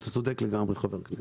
אתה צודק לגמרי, חבר הכנסת.